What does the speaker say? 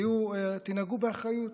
תנהגו באחריות,